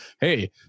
hey